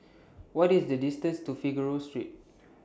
What IS The distance to Figaro Street